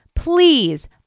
please